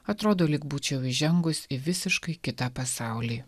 atrodo lyg būčiau įžengus į visiškai kitą pasaulį